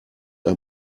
ein